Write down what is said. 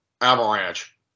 Avalanche